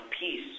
peace